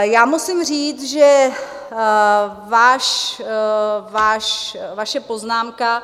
Já musím říct, že vaše poznámka